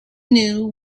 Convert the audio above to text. knew